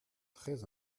très